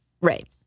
Right